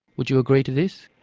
would you agree to this?